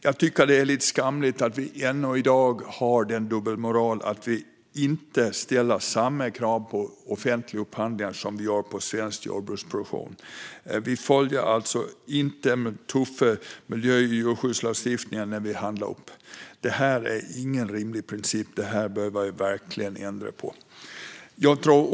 Jag tycker att det är lite skamligt att vi ännu i dag har en dubbelmoral och inte ställer samma krav på offentliga upphandlingar som vi gör på svensk jordbruksproduktion. Vi följer alltså inte den tuffa miljö och djurskyddslagstiftningen när vi upphandlar. Det är ingen rimlig princip, och det här behöver vi verkligen ändra på.